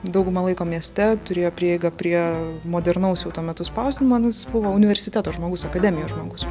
daugumą laiko mieste turėjo prieigą prie modernaus jau tuo metu spausdinimo na jis buvo universiteto žmogus akademijos žmogus